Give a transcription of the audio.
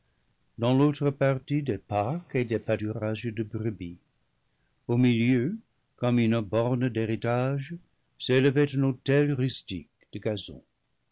dans l'autre partie des parcs et des pâturages de brebis au milieu comme une borne d'héritage s'élevait un autel rustique de gazon